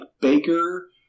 Baker